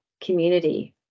community